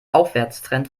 aufwärtstrend